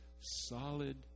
solid